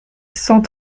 cent